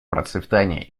процветание